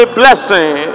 blessing